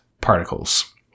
particles